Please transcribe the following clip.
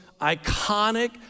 iconic